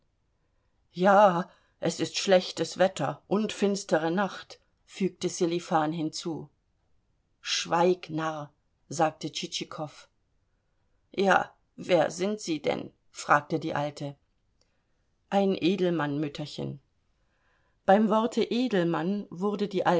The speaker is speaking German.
ja es ist schlechtes wetter und finstere nacht fügte sselifan hinzu schweig narr sagte tschitschikow ja wer sind sie denn fragte die alte ein edelmann mütterchen beim worte edelmann wurde die